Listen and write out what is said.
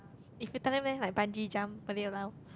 if you tell them leh like bungee jump will they allow